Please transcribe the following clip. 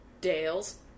Dales